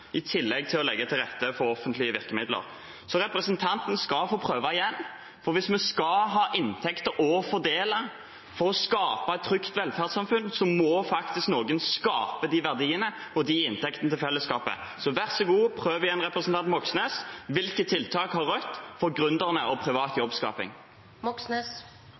i tillegg til å legge til rette for offentlige virkemidler. Representanten skal få prøve igjen, for hvis vi skal ha inntekter å fordele for å skape et trygt velferdssamfunn, må faktisk noen skape de verdiene og de inntektene til fellesskapet. Så vær så god – prøv igjen, representanten Moxnes: Hvilke tiltak har Rødt for gründerne og privat